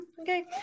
okay